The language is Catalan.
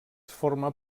forma